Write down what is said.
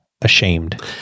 ashamed